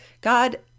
God